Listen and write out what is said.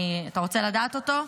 אתה רוצה לדעת אותו,